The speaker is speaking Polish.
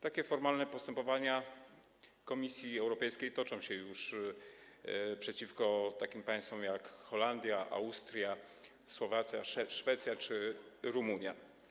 Takie formalne postępowania Komisji Europejskiej toczą się już przeciwko takim państwom, jak: Holandia, Austria, Słowacja, Szwecja czy Rumunia.